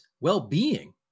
well-being